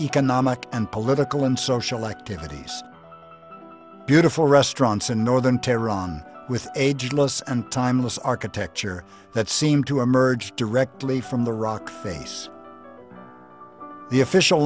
economic and political and social activities beautiful restaurants in northern tehran with ageless and timeless architecture that seem to emerge directly from the rock face the official